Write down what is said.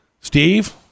steve